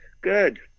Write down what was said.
good